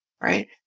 right